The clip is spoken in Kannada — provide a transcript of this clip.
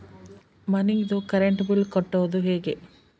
ಮನಿದು ಕರೆಂಟ್ ಬಿಲ್ ಕಟ್ಟೊದು ಹೇಗೆ?